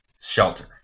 shelter